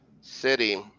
City